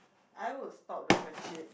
I would stop the friendship